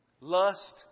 Lust